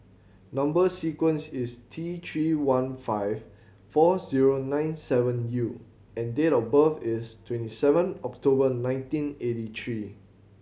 number sequence is T Three one five four zero nine seven U and date of birth is twenty seven October nineteen eighty three